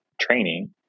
training